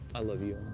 i love you.